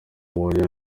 uwoya